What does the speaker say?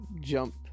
jump